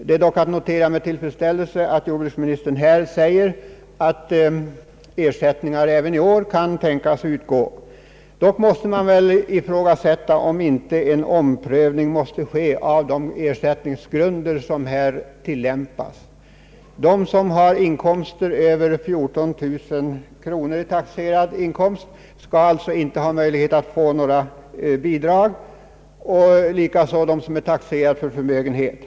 Det kan dock noteras med tillfredsställelse att jordbruksministern säger att ersättningar kan tänkas utgå även i år. Emellertid måste man ifrågasätta, om inte en omprövning måste ske av de ersättningsgrunder som tillämpas. De som har över 14 000 kronor i taxerad inkomst har inte möjlighet att få bidrag, och inte heller de som är taxerade för förmögenhet.